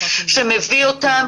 שמביא אותם,